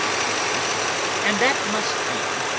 says he and that must be,